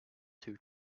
two